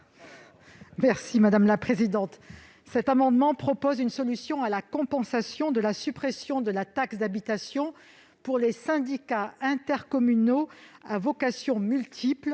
au travers de cet amendement, une solution à la compensation de la suppression de la taxe d'habitation pour les syndicats intercommunaux à vocations multiples,